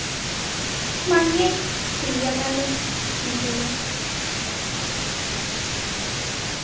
ᱵᱟᱝᱜᱮ ᱴᱷᱤᱠᱜᱮᱭᱟ ᱛᱟᱞᱚᱦᱮ ᱤᱱᱠᱟᱹ ᱜᱮ